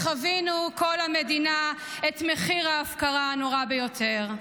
חווינו כל המדינה את מחיר ההפקרה הנורא ביותר.